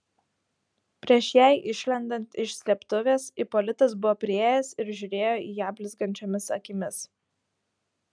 prieš jai išlendant iš slėptuvės ipolitas buvo priėjęs ir žiūrėjo į ją blizgančiomis akimis